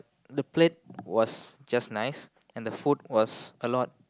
the plate was just nice and the food was a lot